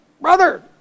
brother